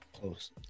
Close